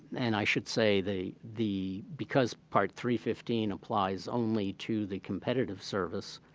and i should say they the because part three fifteen applies only to the competitive service,